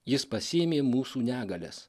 jis pasiėmė mūsų negalias